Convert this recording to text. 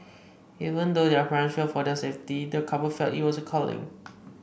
even though their parents feared for their safety the couple felt it was a calling